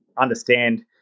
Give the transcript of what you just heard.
understand